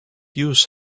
use